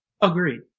Agreed